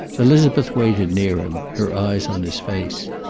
elizabeth waited near him, her eyes on his face.